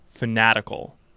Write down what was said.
fanatical